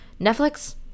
Netflix